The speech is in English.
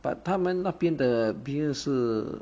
but 他们那边的 beer 是